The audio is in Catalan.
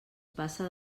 passa